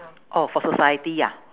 oh for society ah